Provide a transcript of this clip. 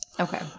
Okay